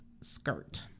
skirt